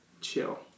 chill